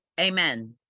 Amen